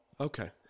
Okay